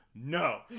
No